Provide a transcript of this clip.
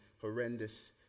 horrendous